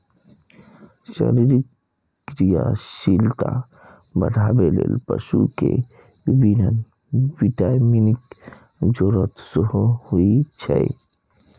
शरीरक क्रियाशीलता बढ़ाबै लेल पशु कें विभिन्न विटामिनक जरूरत सेहो होइ छै